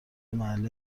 محله